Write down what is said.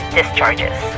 discharges